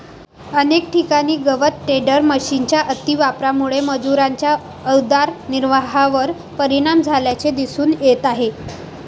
अनेक ठिकाणी गवत टेडर मशिनच्या अतिवापरामुळे मजुरांच्या उदरनिर्वाहावर परिणाम झाल्याचे दिसून येत आहे